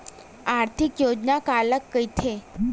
आर्थिक योजना काला कइथे?